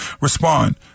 respond